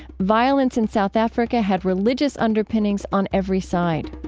violence in south africa had religious underpinnings on every side.